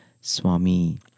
Swami